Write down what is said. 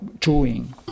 chewing